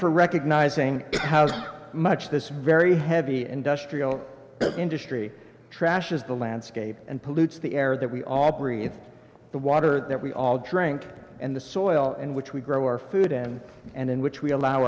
for recognizing as much this very heavy industrial industry trashes the landscape and pollutes the air that we all breathe the water that we all drink and the soil in which we grow our food and and in which we allow